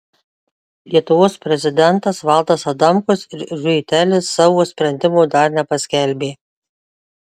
lietuvos prezidentas valdas adamkus ir riuitelis savo sprendimo dar nepaskelbė